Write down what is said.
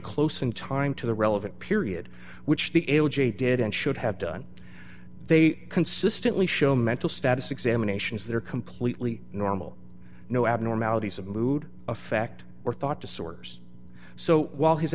close in time to the relevant period which the l g did and should have done they consistently show mental status examinations that are completely normal no abnormalities of mood effect or thought disorders so while his